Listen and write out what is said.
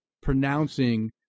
pronouncing